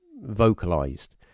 vocalized